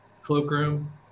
cloakroom